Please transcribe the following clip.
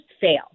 fail